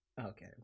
okay